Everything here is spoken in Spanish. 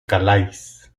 calais